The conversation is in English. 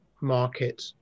market